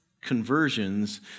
conversions